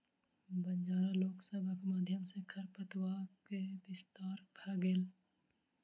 बंजारा लोक सभक माध्यम सॅ खरपात के विस्तार भ गेल